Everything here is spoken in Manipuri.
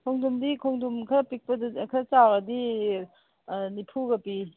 ꯈꯣꯡꯗ꯭ꯔꯨꯝꯗꯤ ꯈꯣꯡꯗ꯭ꯔꯨꯝ ꯈꯔ ꯄꯤꯛꯄꯗꯨꯗ ꯈꯔ ꯆꯥꯎꯔꯗꯤ ꯑꯥ ꯅꯤꯐꯨꯒ ꯄꯤ